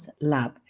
lab